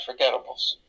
unforgettables